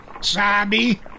Sabi